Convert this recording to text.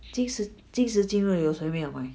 即使即使今日有有谁没有买